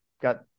got